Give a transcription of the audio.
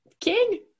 king